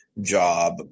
job